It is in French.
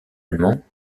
allemands